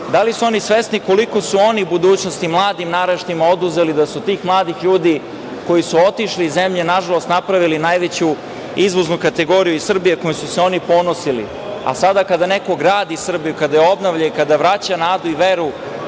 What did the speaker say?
Da li su oni svesni koliko su oni budućnosti oduzeli mladim naraštajima, da su ti mladi ljudi koji su otišli iz zemlje nažalost napravili najveću izvoznu kategoriju iz Srbije kojom su se oni ponosili, a sada kada neko gradi Srbiju, kada je obnavlja i kada vraća nadu i veru